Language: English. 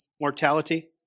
mortality